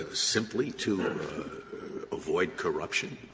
simply to avoid corruption.